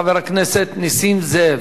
חבר הכנסת נסים זאב.